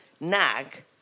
nag